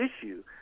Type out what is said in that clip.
issue